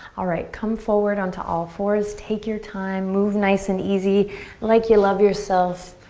alright come forward on to all fours. take your time. move nice and easy like you love yourself.